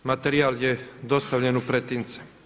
Materijal je dostavljen u pretince.